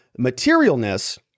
Materialness